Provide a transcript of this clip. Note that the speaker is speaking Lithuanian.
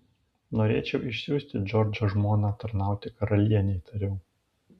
norėčiau išsiųsti džordžo žmoną tarnauti karalienei tariau